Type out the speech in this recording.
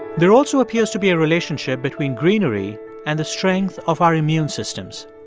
there also appears to be a relationship between greenery and the strength of our immune systems.